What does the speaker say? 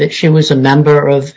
that she was a member of